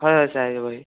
হয় হয় চাই যাবহি